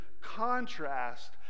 contrast